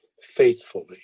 faithfully